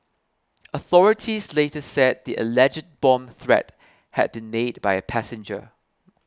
authorities later said the alleged bomb threat had been made by a passenger